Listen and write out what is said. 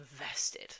invested